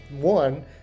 one